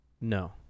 No